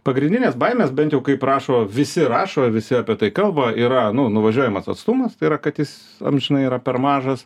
pagrindinės baimės bent jau kaip rašo visi rašo ir visi apie tai kalba yra nu nuvažiuojamas atstumas tai yra kad jis amžinai yra per mažas